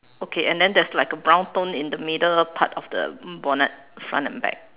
okay and then there's like a brown tone in like the middle part of the bonnet front and back